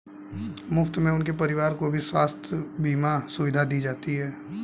मुफ्त में उनके परिवार को भी स्वास्थ्य बीमा सुविधा दी जाती है